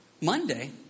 Monday